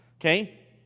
Okay